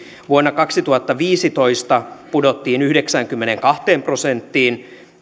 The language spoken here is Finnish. vuonna kaksituhattaviisitoista pudottiin yhdeksäänkymmeneenkahteen prosenttiin